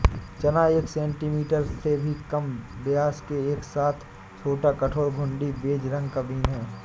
चना एक सेंटीमीटर से भी कम व्यास के साथ एक छोटा, कठोर, घुंडी, बेज रंग का बीन है